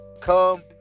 Come